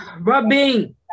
Rubbing